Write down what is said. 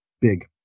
Big